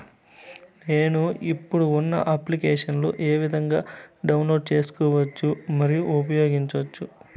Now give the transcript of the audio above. నేను, ఇప్పుడు ఉన్న అప్లికేషన్లు ఏ విధంగా డౌన్లోడ్ సేసుకోవచ్చు మరియు ఉపయోగించొచ్చు?